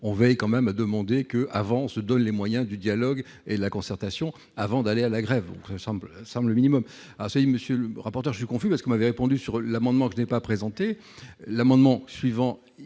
on veille quand même, a demandé que, avant, on se donne les moyens du dialogue et la concertation avant d'aller à la grève semble semble minimum assailli, monsieur le rapporteur je suis confus parce qu'on m'avait répondu sur l'amendement que je n'ai pas présenté l'amendement suivant,